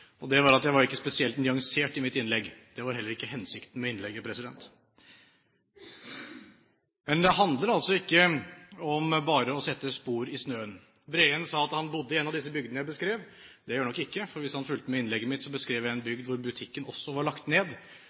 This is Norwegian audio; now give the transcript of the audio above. at jeg var ikke spesielt nyansert i mitt innlegg. Det var heller ikke hensikten med innlegget. Det handler altså ikke bare om å sette spor i snøen. Breen sa at han bodde i en av de bygdene jeg beskrev. Det gjør han nok ikke. Hvis han hadde fulgt med på innlegget mitt, hadde han hørt at jeg beskrev en bygd hvor butikken også var lagt ned.